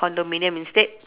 condominium instead